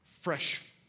fresh